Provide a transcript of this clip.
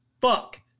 Fuck